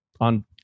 on